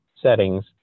settings